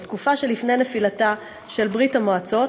לתקופה שלפני נפילתה של ברית-המועצות,